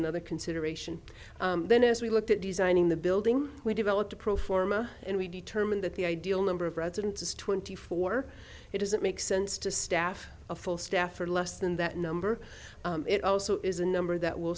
another consideration then as we look at designing the building we developed a pro forma and we determine that the ideal number of residents is twenty four it doesn't make sense to staff a full staff or less than that number it also is a number that will